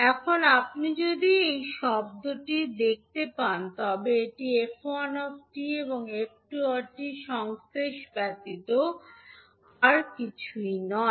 এখন আপনি যদি এই শব্দটি দেখতে পান তবে এটি 𝑓1 𝑡 এবং 𝑓2 𝑡 এর সংশ্লেষ ব্যতীত আর কিছুই নয়